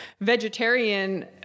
vegetarian